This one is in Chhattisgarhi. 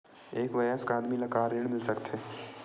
एक वयस्क आदमी ल का ऋण मिल सकथे?